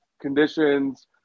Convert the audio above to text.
conditions